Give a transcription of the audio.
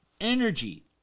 energy